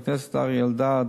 חבר הכנסת אריה אלדד,